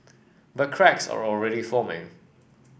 but cracks are already forming